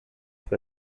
für